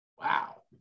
Wow